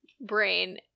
brain